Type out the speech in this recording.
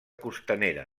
costanera